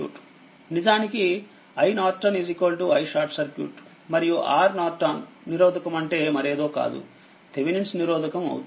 నిజానికిiN iSC మరియుRN నిరోధకం అంటే మరేదో కాదు థేవినిన్స్ నిరోధకము అవుతుంది